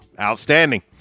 Outstanding